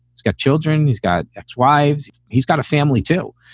it's got children. he's got ex-wives. he's got a family, too.